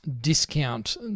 discount